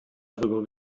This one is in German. darüber